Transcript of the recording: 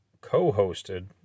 co-hosted